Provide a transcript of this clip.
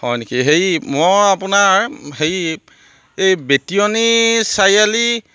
হয় নেকি হেৰি মই আপোনাৰ হেৰি এই বেতিয়নী চাৰিআলি